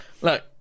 Look